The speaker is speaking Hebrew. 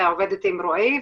עובדת עם רועי,